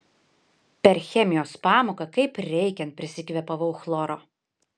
per chemijos pamoką kaip reikiant prisikvėpavau chloro